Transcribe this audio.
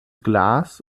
glas